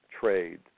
trade